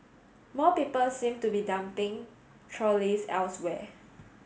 more people seem to be dumping trolleys elsewhere